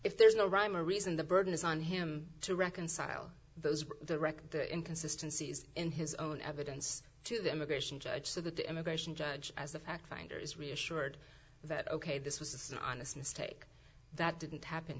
if there's no rhyme or reason the burden is on him to reconcile those the record the inconsistency is in his own evidence to the immigration judge so that the immigration judge as a fact finder is reassured that ok this was an honest mistake that didn't happen